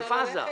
לעוטף עזה.